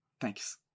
Thanks